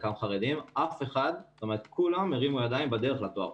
חלקם חרדים כולם הרימו ידיים בדרך לתואר.